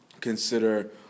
consider